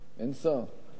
אין שר.